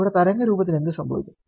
ഇവിടെ തരംഗരൂപത്തിന് എന്ത് സംഭവിക്കും